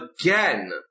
Again